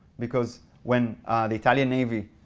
because when the italian navy,